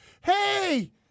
Hey